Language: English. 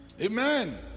Amen